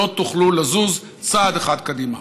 לא תוכלו לזוז צעד אחד קדימה.